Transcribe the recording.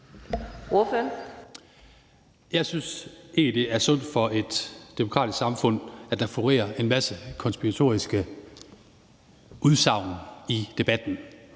Jeg synes ikke, det er sundt for et demokratisk samfund, at der florerer en masse konspiratoriske udsagn i debatten.